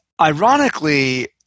ironically